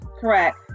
correct